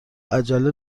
عجله